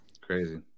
crazy